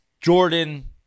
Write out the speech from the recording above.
Jordan